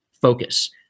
focus